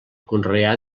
conrear